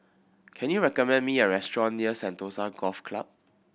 can you recommend me a restaurant near Sentosa Golf Club